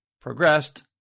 progressed